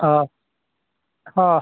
ᱦᱮᱸ ᱦᱮᱸ